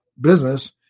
business